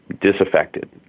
disaffected